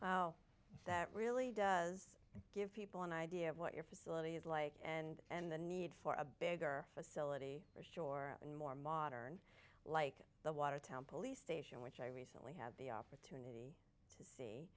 well that really does give people an idea of what your facility is like and the need for a bigger facility or shore and more modern like the watertown police station which i recently had the opportunity